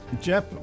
Jeff